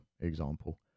example